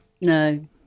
No